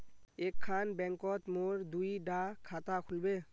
एक खान बैंकोत मोर दुई डा खाता खुल बे?